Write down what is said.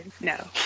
no